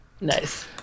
Nice